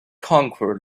conquer